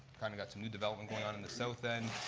kind of got some new development going on in the south end,